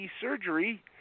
surgery